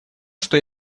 что